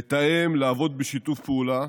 לתאם, לעבוד בשיתוף פעולה,